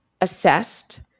assessed